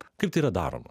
kaip tai yra daroma